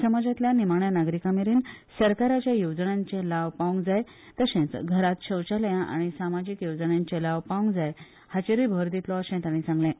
समाजांतल्या निमाण्या नागरिकां मेरेन सरकाराच्या येवजण्यांचो लाव पावंक जाय तर्शेच घरांत शौचालयां आनी समाजीक येवजण्यांचे लाव पावंक जाय हाचेर भर दितले अशें तांणी सांगलें